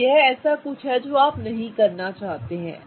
तो यह कुछ ऐसा है जो आप नहीं करना चाहते हैं